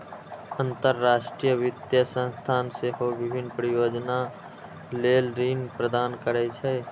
अंतरराष्ट्रीय वित्तीय संस्थान सेहो विभिन्न परियोजना लेल ऋण प्रदान करै छै